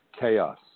Chaos